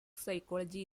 psychology